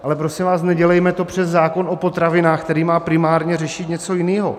Ale prosím vás, nedělejme to přes zákon o potravinách, který má primárně řešit něco jiného.